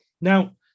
Now